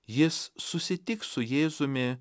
jis susitiks su jėzumi